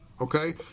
okay